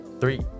three